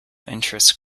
interest